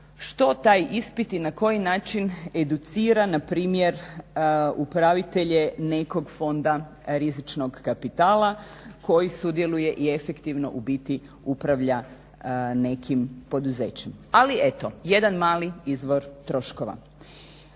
što taj ispit i na koji način educira na primjer upravitelje nekog fonda rizičnog kapitala koji sudjeluje i efektivno u biti upravlja nekim poduzećem. Ali eto jedan mali izvor troškova.